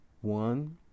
One